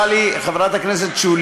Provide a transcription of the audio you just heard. השוק